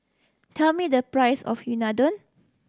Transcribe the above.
tell me the price of Unadon